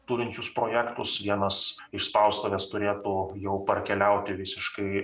turinčius projektus vienas iš spaustuvės turėtų jau parkeliauti visiškai